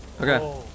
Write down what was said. okay